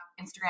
Instagram